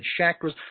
chakras